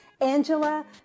Angela